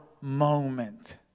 moment